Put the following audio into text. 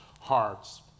hearts